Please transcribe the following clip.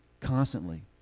constantly